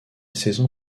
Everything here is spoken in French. saison